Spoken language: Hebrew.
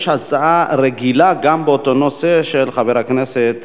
יש הצעה רגילה, גם באותו נושא, של חבר הכנסת